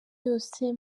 yose